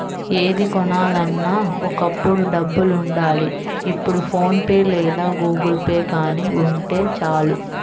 ఏది కొనాలన్నా ఒకప్పుడు డబ్బులుండాలి ఇప్పుడు ఫోన్ పే లేదా గుగుల్పే గానీ ఉంటే చాలు